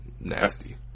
Nasty